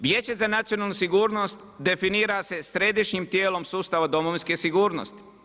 Vijeće za nacionalnu sigurnost definira se središnjem tijelom sustava domovinske sigurnosti.